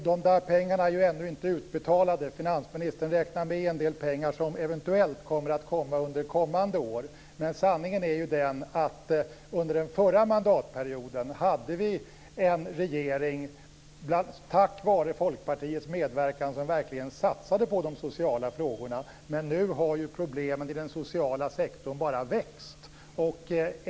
Fru talman! De pengarna är ännu inte utbetalade. Finansministern räknar med en del pengar som eventuellt kommer att komma under kommande år. Sanningen är den att under den förra mandatperioden hade vi en regering, tack vare Folkpartiets medverkan, som verkligen satsade på de sociala frågorna. Nu har problemen i den sociala sektorn bara växt.